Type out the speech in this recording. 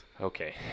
okay